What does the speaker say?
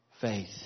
faith